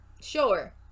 Sure